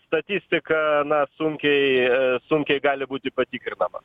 statistika na sunkiai sunkiai gali būti patikrinama